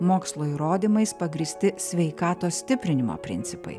mokslo įrodymais pagrįsti sveikatos stiprinimo principai